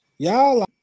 Y'all